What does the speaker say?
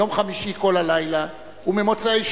יום חמישי כל הלילה וממוצאי-שבת,